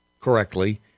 correctly